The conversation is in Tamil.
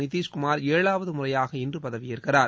நிதீஷ் குமார் ஏழாவது முறையாக இன்று பதவி ஏற்கிறார்